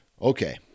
Okay